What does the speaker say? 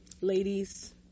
ladies